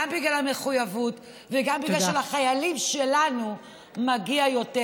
גם בגלל המחויבות וגם בגלל שלחיילים שלנו מגיע יותר.